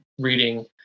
reading